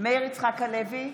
מאיר יצחק הלוי,